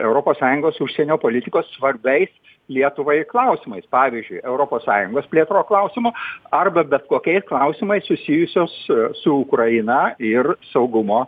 europos sąjungos užsienio politikos svarbiais lietuvai klausimais pavyzdžiui europos sąjungos plėtros klausimu arba bet kokiais klausimais susijusios su ukraina ir saugumo